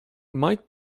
might